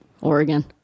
Oregon